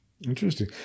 Interesting